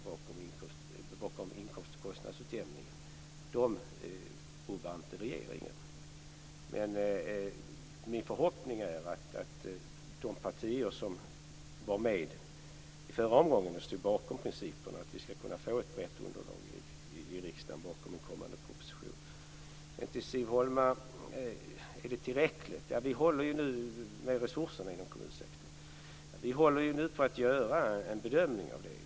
Regeringen rubbar inte de grundläggande principerna, men min förhoppning är vi skall få ett bättre underlag i riksdagen bakom en kommande proposition. Siv Holma undrade om resurserna inom kommunsektorn var tillräckliga. Vi håller ju nu på att göra en bedömning av detta.